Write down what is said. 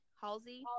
Halsey